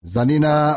Zanina